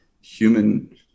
human